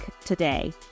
today